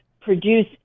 produce